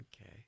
Okay